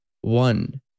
one